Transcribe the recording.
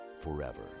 forever